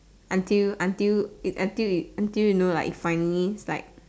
until until it until you know like finally like